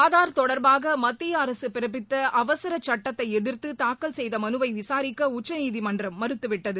ஆதார் தொடர்பாக மத்திய அரசு பிறப்பித்த அவசரச் சுட்டத்தை எதிர்த்து தாக்கல் செய்த மனுவை விசாரிக்க உச்சநீதிமன்றம் மறுத்துவிட்டது